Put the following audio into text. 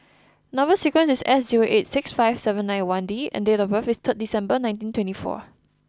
number sequence is S zero eight six five seven nine one D and date of birth is third December nineteen twenty four